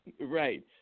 Right